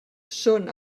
són